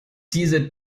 diese